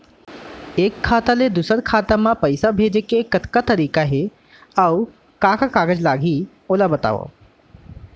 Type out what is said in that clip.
एक खाता ले दूसर खाता मा पइसा भेजे के कतका तरीका अऊ का का कागज लागही ओला बतावव?